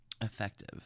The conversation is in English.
Effective